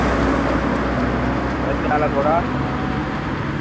माराज केह् हाल ऐ थुआढ़ा